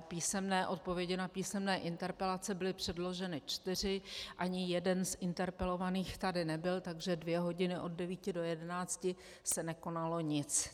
písemné odpovědi na písemné interpelace, byly předloženy čtyři, ani jeden z interpelovaných tady nebyl, takže dvě hodiny, od devíti do jedenácti, se nekonalo nic.